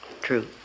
True